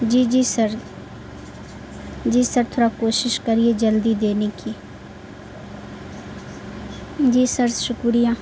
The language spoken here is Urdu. جی جی سر جی سر تھوڑا کوشش کریے جلدی دینے کی جی سر شکریہ